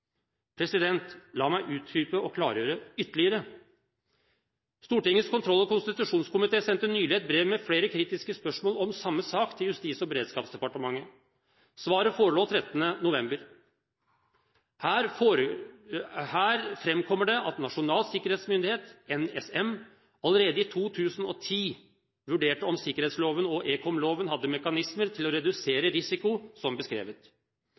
La meg utdype og klargjøre ytterligere: Stortingets kontroll- og konstitusjonskomité sendte nylig et brev med flere kritiske spørsmål om samme sak til Justis- og beredskapsdepartementet. Svaret forelå 13. november. Her framkommer det at Nasjonal sikkerhetsmyndighet, NSM, allerede i 2010 vurderte om sikkerhetsloven og ekomloven hadde mekanismer til å redusere risiko, som beskrevet.